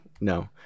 no